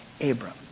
Abram